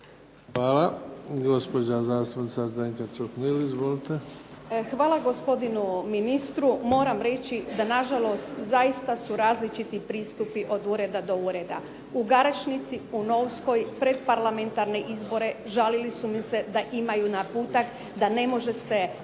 Čuhnil. Izvolite. **Čuhnil, Zdenka (Nezavisni)** Hvala gospodinu ministru. Moram reći da nažalost zaista su različiti pristupi od ureda do ureda. U Garešnici, u Novskoj pred parlamentarne izbore žalili su mi se da imaju naputak da ne može se izjasniti